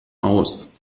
aus